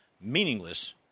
meaningless